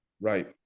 Right